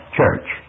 church